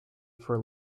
for